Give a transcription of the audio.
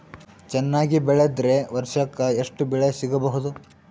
ಚೆನ್ನಾಗಿ ಬೆಳೆದ್ರೆ ವರ್ಷಕ ಎಷ್ಟು ಬೆಳೆ ಸಿಗಬಹುದು?